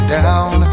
down